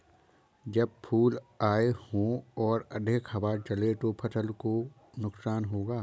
जब फूल आए हों और अधिक हवा चले तो फसल को नुकसान होगा?